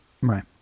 Right